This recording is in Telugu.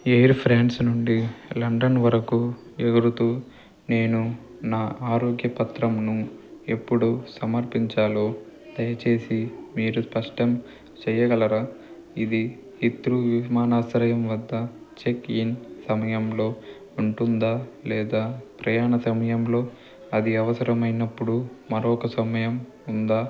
ఎయిర్ ఫ్రాన్స్ నుండి లండన్ వరకు ఎగురుతూ నేను నా ఆరోగ్య పత్రంను ఎప్పుడు సమర్పించాలో దయచేసి మీరు స్పష్టం చేయగలరా ఇది హీత్రూ విమానాశ్రయం వద్ద చెక్ఇన్ సమయంలో ఉంటుందా లేదా ప్రయాణ సమయంలో అది అవసరమైనప్పుడు మరొక సమయం ఉందా